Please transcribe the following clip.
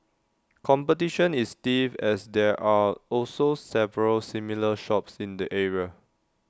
competition is stiff as there are also several similar shops in the area